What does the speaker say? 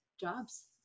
jobs